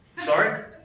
Sorry